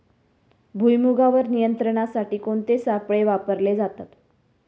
भुईमुगावर नियंत्रणासाठी कोणते सापळे वापरले जातात?